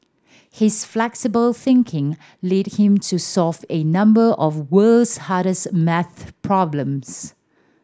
his flexible thinking lead him to solve a number of world's hardest maths problems